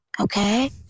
Okay